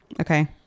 Okay